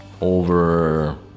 over